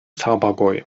zabergäu